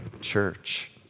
church